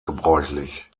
gebräuchlich